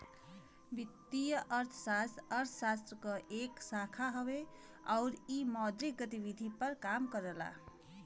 वित्तीय अर्थशास्त्र अर्थशास्त्र क एक शाखा हउवे आउर इ मौद्रिक गतिविधि पर काम करला